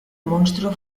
monstruo